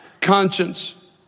conscience